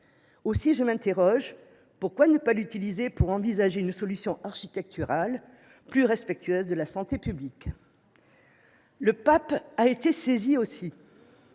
encore incertaine. Pourquoi ne pas l’utiliser pour envisager une solution architecturale plus respectueuse de la santé publique ? Le pape a été également